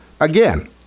Again